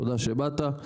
תודה שבאת,